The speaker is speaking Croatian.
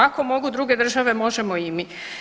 Ako mogu druge države možemo i mi.